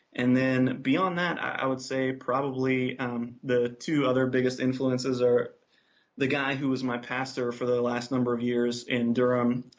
and then beyond that i would say probably um the two other biggest influences are the guy who was my pastor for the last number of years in durham,